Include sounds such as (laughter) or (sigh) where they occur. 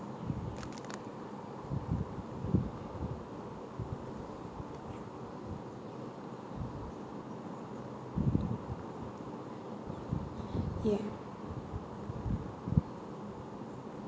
(breath) ya